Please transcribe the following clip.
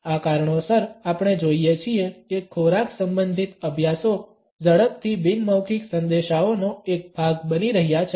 આ કારણોસર આપણે જોઈએ છીએ કે ખોરાક સંબંધિત અભ્યાસો ઝડપથી બિન મૌખિક સંદેશાઓનો એક ભાગ બની રહ્યા છે